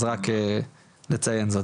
אז רק נציין זאת.